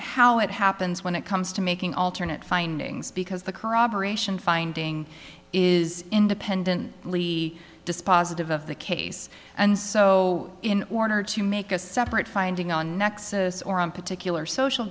how it happens when it comes to making alternate findings because the corroboration finding is independent lee dispositive of the case and so in order to make a separate finding on nexus or on particular social